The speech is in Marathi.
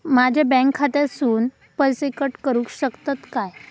माझ्या बँक खात्यासून पैसे कट करुक शकतात काय?